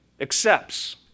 accepts